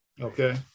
Okay